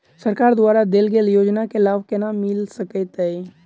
सरकार द्वारा देल गेल योजना केँ लाभ केना मिल सकेंत अई?